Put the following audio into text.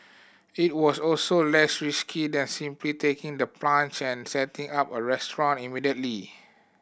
it was also less risky than simply taking the plunge and setting up a restaurant immediately